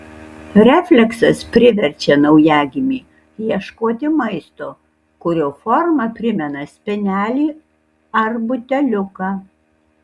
refleksas priverčia naujagimį ieškoti maisto kurio forma primena spenelį ar buteliuką